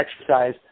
exercise